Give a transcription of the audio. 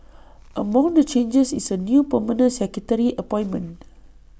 among the changes is A new permanent secretary appointment